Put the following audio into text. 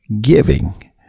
giving